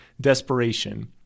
desperation